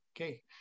Okay